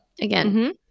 again